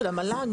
של המל"ג?